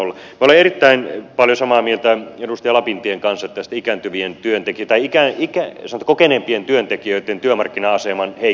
minä olen erittäin paljon samaa mieltä edustaja lapintien kanssa tästä kokeneempien työntekijöitten työmarkkina aseman heikkoudesta